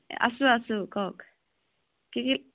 আছোঁ আছোঁ কওক কি কি